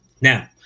Now